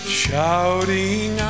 shouting